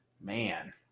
Man